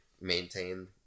maintain